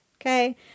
okay